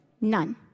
None